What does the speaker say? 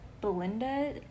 Belinda